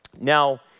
Now